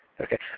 Okay